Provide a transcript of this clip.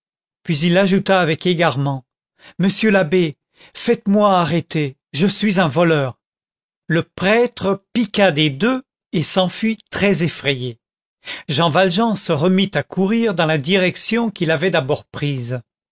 puis il ajouta avec égarement monsieur l'abbé faites-moi arrêter je suis un voleur le prêtre piqua des deux et s'enfuit très effrayé jean valjean se remit à courir dans la direction qu'il avait d'abord prise